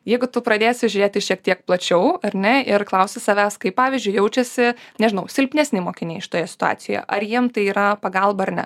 jeigu tu pradėsi žiūrėti šiek tiek plačiau ar ne ir klausti savęs kaip pavyzdžiui jaučiasi nežinau silpnesni mokiniai šitoje situacijoje ar jiem tai yra pagalba ar ne